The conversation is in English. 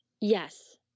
Yes